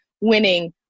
winning